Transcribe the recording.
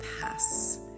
pass